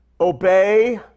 obey